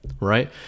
right